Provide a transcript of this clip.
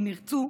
אם ירצו,